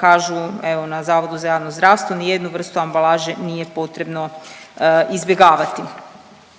kažu evo na HZJZ nijednu vrstu ambalaže nije potrebno izbjegavati.